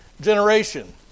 generation